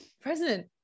president